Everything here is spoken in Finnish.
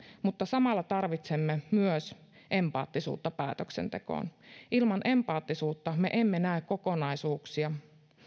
mutta samalla tarvitsemme myös empaattisuutta päätöksentekoon ilman empaattisuutta me emme näe kokonaisuuksia